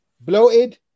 bloated